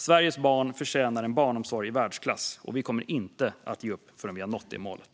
Sveriges barn förtjänar en barnomsorg i världsklass, och vi kommer inte att ge upp förrän vi har nått det målet.